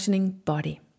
body